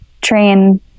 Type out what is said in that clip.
train